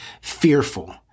fearful